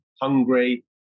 hungry